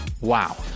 Wow